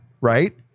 right